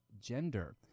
gender